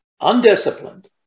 undisciplined